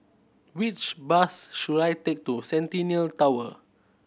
which bus should I take to Centennial Tower